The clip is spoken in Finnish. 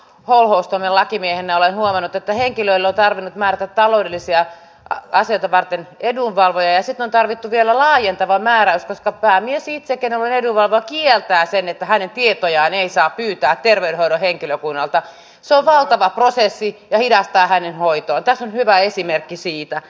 oloistamme lakimiehenä olen huomannut että henkilöllä tarvinnut määrätä taloudellisia asioita varten edunvalvoja se tarvittu vielä laajentava määräys että päämies ii on askel siihen suuntaan että hänen tietojaan ei saa pyytää terveydenhoidon henkilö kun vihdoin pääsisimme monin paikoin turhasta ja varsin kalliiksi käyvästä pakkoruotsista eroon